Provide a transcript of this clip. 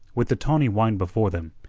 with the tawny wine before them,